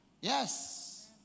Yes